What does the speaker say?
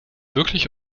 wirklich